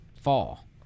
fall